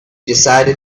decided